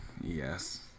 Yes